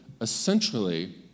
essentially